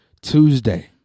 Tuesday